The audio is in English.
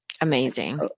Amazing